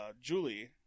Julie